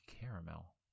caramel